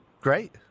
Great